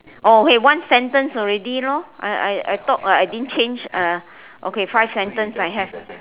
oh okay one sentence already lor I I I talk I didn't change ah okay five sentence I have